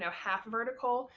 so half vertical.